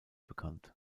bekannt